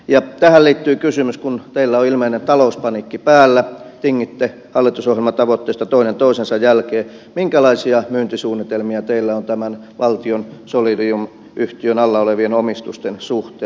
ja tähän liittyy kysymys kun teillä on ilmeinen talouspaniikki päällä tingitte hallitusohjelman tavoitteista toinen toisensa jälkeen että minkälaisia myyntisuunnitelmia teillä on tämän valtion solidium yhtiön alla olevien omistusten suhteen